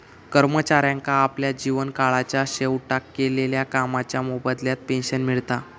कर्मचाऱ्यांका आपल्या जीवन काळाच्या शेवटाक केलेल्या कामाच्या मोबदल्यात पेंशन मिळता